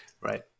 right